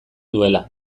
duela